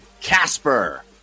Casper